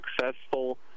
successful